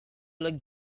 look